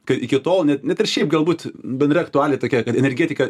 kad iki tol net net ir šiaip galbūt bendra aktualija tokia kad energetika